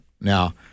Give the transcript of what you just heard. Now